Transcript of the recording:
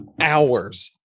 hours